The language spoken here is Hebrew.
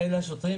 אלה השוטרים,